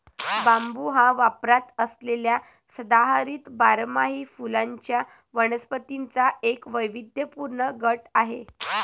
बांबू हा वापरात असलेल्या सदाहरित बारमाही फुलांच्या वनस्पतींचा एक वैविध्यपूर्ण गट आहे